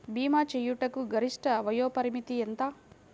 భీమా చేయుటకు గరిష్ట వయోపరిమితి ఎంత?